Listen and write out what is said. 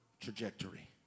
trajectory